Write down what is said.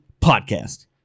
podcast